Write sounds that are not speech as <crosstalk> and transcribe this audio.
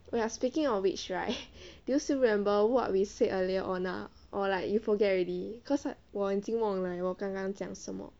oh speaking of which right <laughs> do still remember what we said earlier on ah or like you forget already cause 我已经忘了我刚刚讲什么